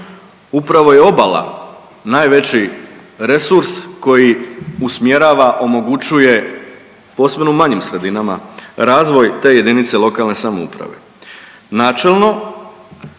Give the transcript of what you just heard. upravo je obala najveći resurs koji usmjerava, omogućuje, posebno u manjim sredinama, razvoj te jedinice lokalne samouprave.